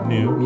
New